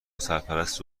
سرپرست